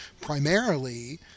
primarily